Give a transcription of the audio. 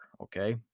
okay